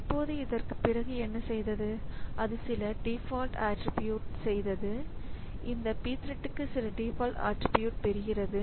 இப்போது இதற்குப் பிறகு என்ன செய்தது அது சில டிஃபால்ட் ஆட்ரிபியூட் செய்தது இந்த pthread க்கு சில டிஃபால்ட் ஆட்ரிபியூட் பெறுகிறது